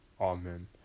Amen